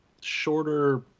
shorter